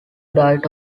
died